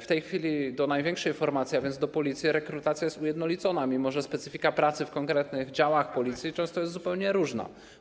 w tej chwili rekrutacja do największej formacji, a więc do Policji, jest ujednolicona, mimo że specyfika pracy w konkretnych działach Policji często jest zupełnie różna.